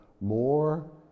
more